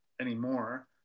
anymore